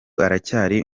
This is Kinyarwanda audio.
aracyari